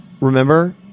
remember